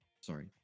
sorry